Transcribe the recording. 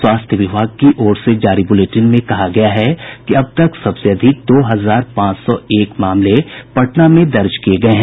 स्वास्थ्य विभाग की ओर से जारी बुलेटिन में कहा गया है कि अब तक सबसे अधिक दो हजार पांच सौ एक मामले पटना में दर्ज किये गये हैं